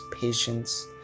patience